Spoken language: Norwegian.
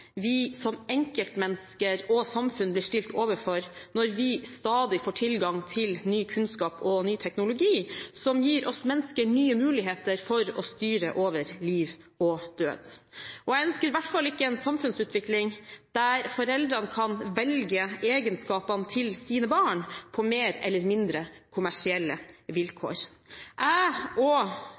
vi som enkeltmennesker og samfunn blir stilt overfor når vi stadig får tilgang til ny kunnskap og ny teknologi som gir oss mennesker nye muligheter for å styre over liv og død. Jeg ønsker i hvert fall ikke en samfunnsutvikling der foreldrene kan velge egenskapene til sine barn på mer eller mindre kommersielle vilkår. Jeg og